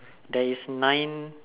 there is nine